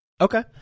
Okay